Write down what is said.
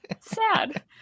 Sad